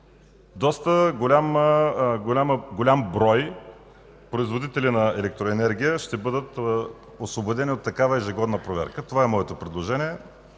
Доста голям брой производители на електроенергия ще бъдат освободени от такава ежегодна проверка. Това е моето предложение.